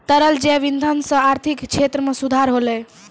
तरल जैव इंधन सँ आर्थिक क्षेत्र में सुधार होलै